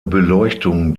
beleuchtung